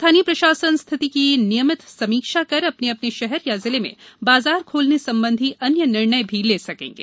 स्थानीय प्रशासन स्थिति की नियमित समीक्षा कर अपने अपने शहर या जिले में बाजार खोलने संबंधी अन्य निर्णय भी ले सकेंगे